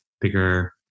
bigger